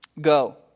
Go